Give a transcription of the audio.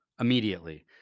immediately